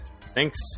thanks